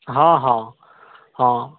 ହଁ ହଁ ହଁ